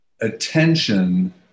attention